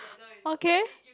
okay